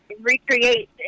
recreate